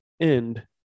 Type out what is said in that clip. end